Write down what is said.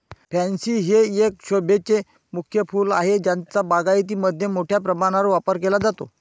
pansy हे एक शोभेचे फूल आहे ज्याचा बागायतीमध्ये मोठ्या प्रमाणावर वापर केला जातो